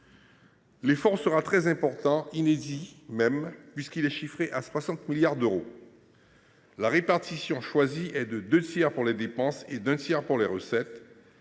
L’effort sera très important, et même inédit, puisqu’il est chiffré à 60 milliards d’euros. La répartition choisie est de deux tiers pour les dépenses et d’un tiers pour les recettes,